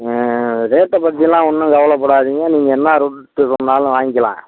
ரேட்டை பற்றிலாம் ஒன்றும் கவலைப்படாதீங்க நீங்கள் என்ன ரூட்டு சொன்னாலும் வாங்கிக்கிலாம்